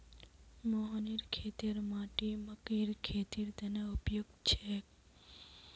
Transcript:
मोहनेर खेतेर माटी मकइर खेतीर तने उपयुक्त छेक